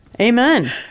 Amen